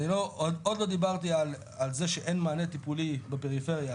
עוד לא דיברתי על זה שאין מענה טיפולי בפריפריה,